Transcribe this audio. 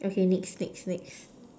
okay next next next